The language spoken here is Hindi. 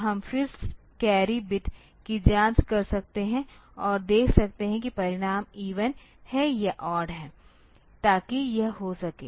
तो हम फिर कैरी बिट की जांच कर सकते हैं और देख सकते हैं कि परिणाम इवन है या ओड है ताकि यह हो सके